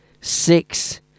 six